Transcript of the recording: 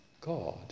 God